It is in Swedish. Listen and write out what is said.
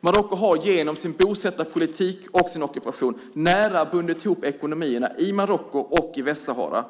Marocko har genom sin bosättarpolitik och ockupation nära bundit ihop ekonomierna i Marocko och i Västsahara.